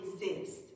exist